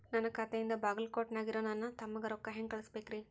ನನ್ನ ಖಾತೆಯಿಂದ ಬಾಗಲ್ಕೋಟ್ ನ್ಯಾಗ್ ಇರೋ ನನ್ನ ತಮ್ಮಗ ರೊಕ್ಕ ಹೆಂಗ್ ಕಳಸಬೇಕ್ರಿ?